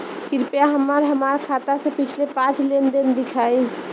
कृपया हमरा हमार खाते से पिछले पांच लेन देन दिखाइ